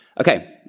Okay